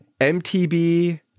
MTB